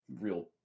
real